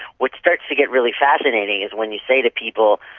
what starts to get really fascinating is when you say to people,